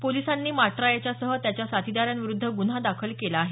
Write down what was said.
पोलिसांनी माटरा याच्यासह त्याच्या साथीदारांविरुद्ध गुन्हा दाखल केला आहे